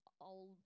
old